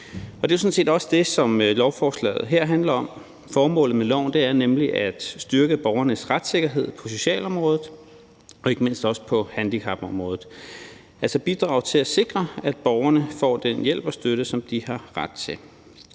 set også det, som lovforslaget her handler om. Formålet med lovforslaget er nemlig at styrke borgernes retssikkerhed på socialområdet og ikke mindst også på handicapområdet. Det skal altså bidrage til at sikre, at borgerne får den hjælp og støtte, som de har ret til.